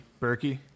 Berkey